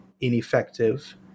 ineffective